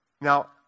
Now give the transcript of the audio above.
Now